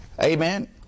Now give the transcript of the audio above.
Amen